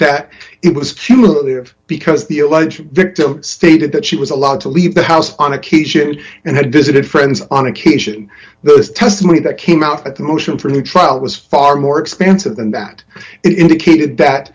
that it was because the alleged victim stated that she was allowed to leave the house on occasion and had visited friends on occasion those testimony that came out at the motion for new trial was far more expansive than that indicated that